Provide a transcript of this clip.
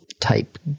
type